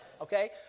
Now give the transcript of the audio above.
Okay